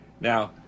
Now